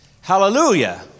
hallelujah